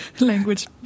language